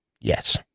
Yes